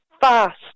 fast